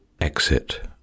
Exit